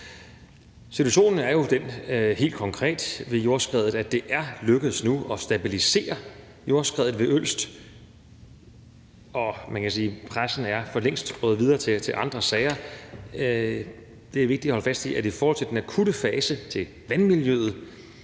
Situationen er jo den helt konkret ved jordskredet, at det er lykkedes nu at stabilisere jordskredet ved Ølst, og man kan sige, at pressen for længst er gået videre til andre sager. Det er vigtigt at holde fast i, at i forhold til vandmiljøet